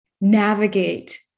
navigate